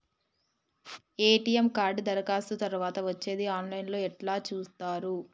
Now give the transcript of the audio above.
ATM card దరఖాస్తు తరువాత వచ్చేది ఆన్ లైన్ లో ఎట్ల చూత్తరు?